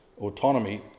autonomy